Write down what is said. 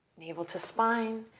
navel to spine,